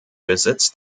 besitz